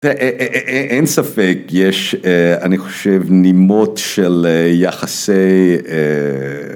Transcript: אין ספק יש אני חושב נימות של יחסי.